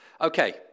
Okay